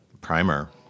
primer